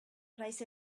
placed